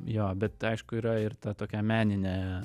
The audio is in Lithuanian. jo bet aišku yra ir ta tokia meninė